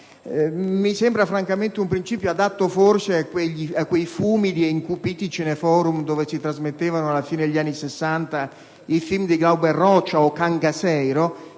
mi sembra un principio adatto a quei fumidi ed incupiti cineforum dove si trasmetteva, alla fine degli anni Sessanta, il film di Glauber Rocha «O' cangaceiro»